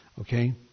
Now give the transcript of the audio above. Okay